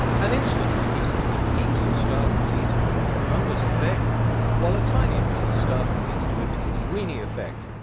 and instantly we see that heaps of stuff leads to a humongous effect while a tiny amount of stuff leads to a teeny-weeny effect.